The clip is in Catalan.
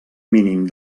mínim